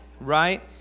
Right